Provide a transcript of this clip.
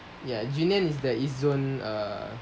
ya junyuan is the east zone